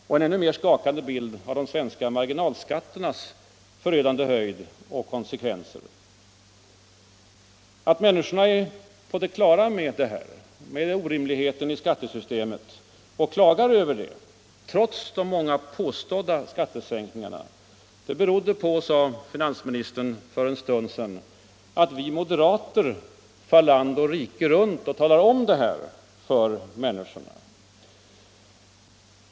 Och en ännu mera skakande bild av de svenska marginalskatternas förödande höjd och konsekvenser. Att människorna är på det klara med de här orimligheterna i skattesystemet och klagar över dem trots de många påstådda skattesänkningarna beror på, sade finansministern för en stund sedan, att vi moderater far land och rike runt och talar om det här för människorna.